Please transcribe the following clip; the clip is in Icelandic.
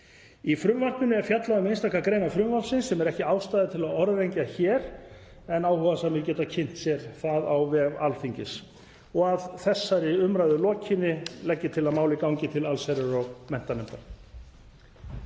Í frumvarpinu er fjallað um einstakar greinar frumvarpsins sem er ekki ástæða til að orðlengja hér en áhugasamir geta kynnt sér það á vef Alþingis. Að þessari umræðu lokinni legg ég til að málið gangi til allsherjar- og menntamálanefndar.